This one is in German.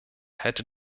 hätte